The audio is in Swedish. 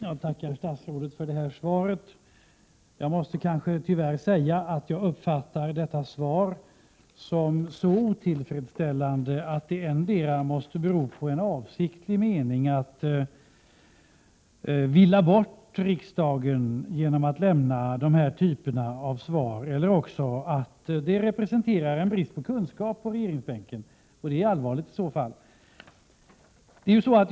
Herr talman! Jag tackar statsrådet för svaret. Jag måste tyvärr säga att detta svar är så otillfredsställande att det måste bero endera på statsrådets avsiktliga mening att villa bort riksdagen genom att lämna den typen av svar eller också på en brist på kunskap på regeringsbänken, vilket i så fall är allvarligt.